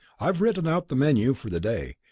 i have written out the menu for the day.